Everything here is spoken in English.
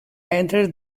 entered